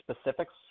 specifics